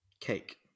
Cake